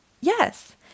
Yes